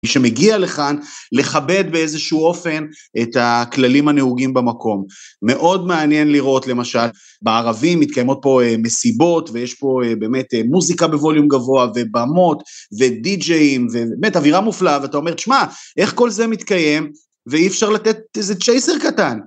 מי שמגיע לכאן, מכבד באיזשהו אופן את הכללים הנהוגים במקום. מאוד מעניין לראות, למשל, בערבים מתקיימות פה מסיבות, ויש פה באמת מוזיקה בווליום גבוה, ובמות, ודי-ג'יים, ובאמת, אווירה מופלאה, ואתה אומר, תשמע, איך כל זה מתקיים? ואי אפשר לתת איזה צ'ייסר קטן.